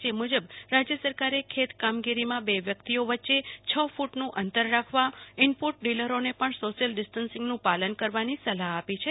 જે મુખ્ય રાજ્ય સરકારે ખેત કામગીરીમાં બે વ્યક્તિઓ વચ્ચે છ ક્રૂટનું અંતર રાખવાઈનપુટ ડીલરોને પણ સોશ્યલ ડિસ્ટસીંગનું પાલન કરવાની સલાહ આપી છે